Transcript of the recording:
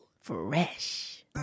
Fresh